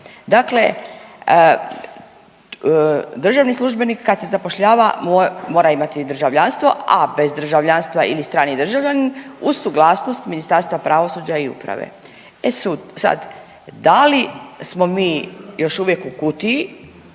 dakle državni službenik kad se zapošljava mora imati državljanstvo, a bez državljanstva ili strani državljanin uz suglasnost Ministarstva pravosuđa i uprave. E sad, da li smo mi još uvijek u kutiji